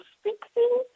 fixing